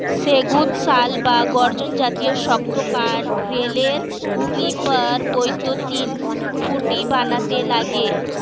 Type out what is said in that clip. সেগুন, শাল বা গর্জন জাতীয় শক্ত কাঠ রেলের স্লিপার, বৈদ্যুতিন খুঁটি বানাতে লাগে